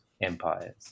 empires